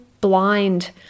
blind